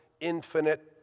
infinite